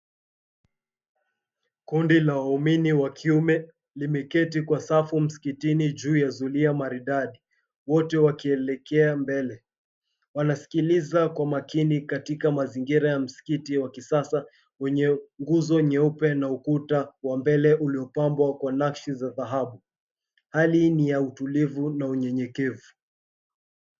Kundi la waumini wa kiume limeketi kwa safu msikitini juu ya zulia maridadi wote wakielekea mbele. Wanasikiliza kwa makini katika mazingira ya msikiti wa kisasa wenye nguzo nyeupe na ukuta wa mbele uliopambwa kwa nakshi ya dhahabu. Hali ni ya utulivu na unyenyekevu.